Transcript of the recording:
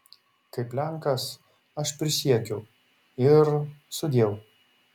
kaip lenkas aš prisiekiu ir sudieu